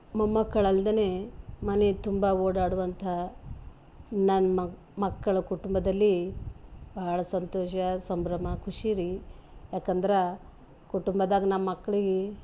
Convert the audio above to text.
ಮೊಮ್ಮಕ್ಕಳಲ್ದೆ ಮನೆ ತುಂಬ ಓಡಾಡುವಂಥ ನನ್ನ ಮಕ್ ಮಕ್ಕಳ ಕುಟುಂಬದಲ್ಲಿ ಬಹಳ ಸಂತೋಷ ಸಂಭ್ರಮ ಖುಷಿ ರೀ ಯಾಕಂದರೆ ಕುಟುಂಬದಾಗ ನಮ್ಮ ಮಕ್ಕಳಿಗೀ